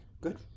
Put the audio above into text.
Good